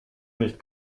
nicht